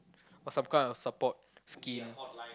or some kind of support scheme